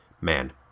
Man